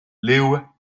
leeuwen